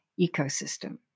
ecosystem